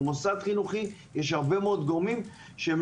במוסד חינוכי יש הרבה מאוד גורמים שהם